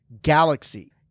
galaxy